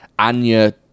anya